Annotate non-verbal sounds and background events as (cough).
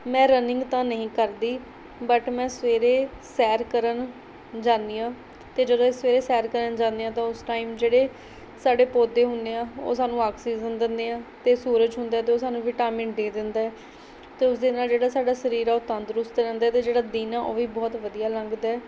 ਮੈਂ ਰਨਿੰਗ ਤਾਂ ਨਹੀਂ ਕਰਦੀ ਬਟ ਮੈਂ ਸਵੇਰੇ ਸੈਰ ਕਰਨ ਜਾਂਦੀ ਹਾਂ ਅਤੇ ਜਦੋਂ (unintelligible) ਸਵੇਰੇ ਸੈਰ ਕਰਨ ਜਾਂਦੇ ਹਾਂ ਤਾਂ ਉਸ ਟਾਈਮ ਜਿਹੜੇ ਸਾਡੇ ਪੌਦੇ ਹੁੰਦੇ ਆ ਉਹ ਸਾਨੂੰ ਆਕਸੀਜਨ ਦਿੰਦੇ ਆ ਅਤੇ ਸੂਰਜ ਹੁੰਦਾ ਅਤੇ ਉਹ ਸਾਨੂੰ ਵਿਟਾਮਿਨ ਡੀ ਦਿੰਦਾ ਅਤੇ ਉਸ ਦੇ ਨਾਲ਼ ਜਿਹੜਾ ਸਾਡਾ ਸਰੀਰ ਆ ਉਹ ਤੰਦਰੁਸਤ ਰਹਿੰਦਾ ਅਤੇ ਜਿਹੜਾ ਦਿਨ ਆ ਉਹ ਵੀ ਬਹੁਤ ਵਧੀਆ ਲੰਘਦਾ